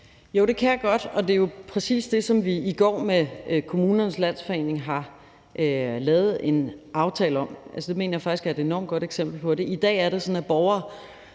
Jo, det kan jeg godt, og det er jo præcis det, som vi i går lavede en aftale med Kommunernes Landsforening om. Altså, det mener jeg faktisk er et enormt godt eksempel på det. I dag er det sådan, at borgere